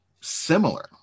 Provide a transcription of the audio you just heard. similar